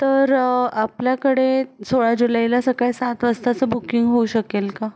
तर आपल्याकडे सोळा जुलैला सकाळी सात वाजताचं बुकिंग होऊ शकेल का